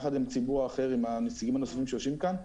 יחד עם הנציגים הנוספים שיושבים כאן,